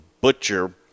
Butcher